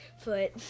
foot